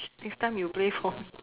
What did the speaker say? next time you play for me